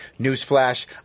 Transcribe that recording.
Newsflash